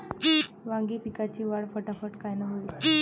वांगी पिकाची वाढ फटाफट कायनं होईल?